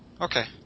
Okay